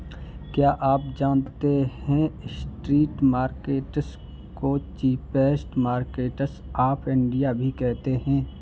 क्या आप जानते है स्ट्रीट मार्केट्स को चीपेस्ट मार्केट्स ऑफ इंडिया भी कहते है?